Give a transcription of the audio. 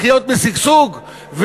לחיות בשגשוג,